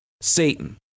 Satan